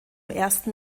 ersten